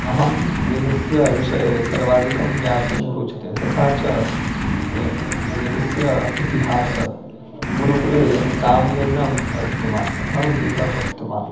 अहं वेदस्य विषये सर्वादिकं ज्ञातुं रोचते तथा च वेदस्य इतिहासः गुरुकुले सामवेदम् अधीतवान् अतः वेदः पठितवान्